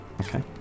okay